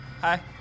Hi